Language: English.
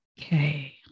okay